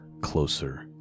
closer